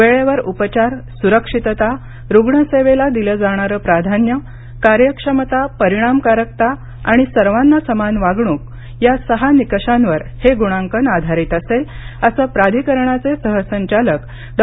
वेळेवर उपचार सुरक्षितता रुग्णसेवेला दिलं जाणारं प्राधान्य कार्यक्षमता परिणामकारकता आणि सर्वांना समान वागणूक या सहा निकषांवर हे गुणांकन आधारित असेल असं प्राधिकरणाचे सहसंचालक डॉ